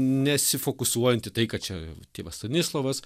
nesifokusuojant į tai kad čia tėvas stanislovas